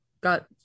got